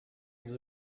eggs